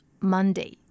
Monday